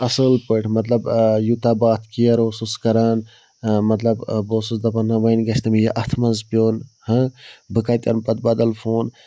اَصل پٲٹھۍ مطلب یوٗتاہ بہٕ اَتھ کِیَر اوسُس کَران مطلب بہٕ اوسُس دَپان نہَ وۄنۍ گَژھِ نہَ مےٚ یہِ اَتھ منٛز پٮ۪ون بہٕ کَتہِ اَنہٕ پَتہٕ بدل فون